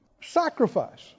sacrifice